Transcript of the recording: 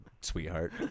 sweetheart